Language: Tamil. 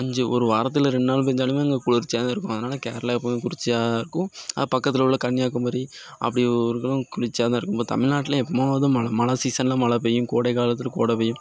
அஞ்சு ஒரு வாரத்தில் ரெண்டு நாள் பெய்ஞ்சாலுமே அங்கே குளிர்ச்சியாக தான் இருக்கும் அதனால் கேரளா எப்போதும் குளிர்ச்சியாக இருக்கும் அது பக்கத்தில் உள்ள கன்னியாகுமரி அப்படி ஊருகளும் குளிர்ச்சியாக தான் இருக்கும் இப்போ தமிழ்நாட்லே எப்பயாவது மழை மழை சீசனில் மழை பெய்யும் கோடை காலத்தில் கோடை வெயில்